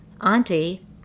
Auntie